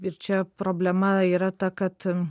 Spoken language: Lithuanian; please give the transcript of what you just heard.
ir čia problema yra ta kad